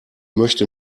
möchte